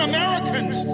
Americans